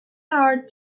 hard